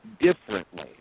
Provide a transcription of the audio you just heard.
differently